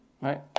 Right